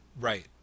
right